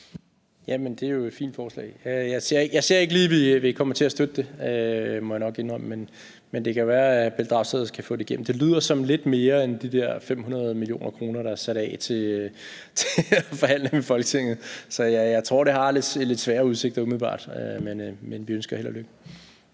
det er jo et fint forslag. Jeg ser ikke lige, at vi kommer til at støtte det. Det må jeg nok indrømme. Men det kan jo være, at hr. Pelle Dragsted kan få det igennem. Det lyder som lidt mere end de der 500 mio. kr., der er sat af til at forhandle med Folketinget. Så jeg tror, det umiddelbart har lidt svære udsigter, men vi ønsker held og lykke.